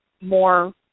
more